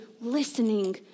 listening